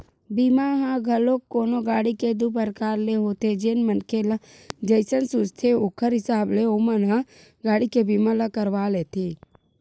बीमा ह घलोक कोनो गाड़ी के दू परकार ले होथे जेन मनखे ल जइसन सूझथे ओखर हिसाब ले ओमन ह गाड़ी के बीमा ल करवा लेथे